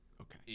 Okay